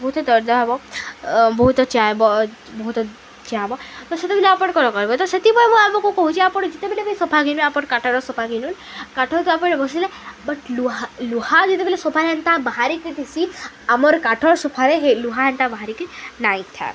ବହୁତ ଦର୍ଜା ହବ ବହୁତ ଚାଁ ବ ବହୁତ ଚାଁବ ତ ସେତେବେଳେ ଆପଣ କ'ଣ କରିବେ ତ ସେଥିପାଇଁ ମୁଁ ଆମକୁ କହୁଛି ଆପଣ ଯେତେବେଳେ ବି ସୋଫା କିଣିବେ ଆପଣ କାଠ ସୋଫା କିଣୁନ୍ କାଠ ତ ଆପଣ ବସିଲେ ବଟ୍ ଲୁହା ଲୁହା ଯେତେବେଳେ ସୋଫା ହେନ୍ତା ବାହାରିକି ଦିସି ଆମର୍ କାଠର ସୋଫାରେ ହେ ଲୁହା ଏନ୍ତା ବାହାରିକି ନାଇଁ ଥାଏ